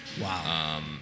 Wow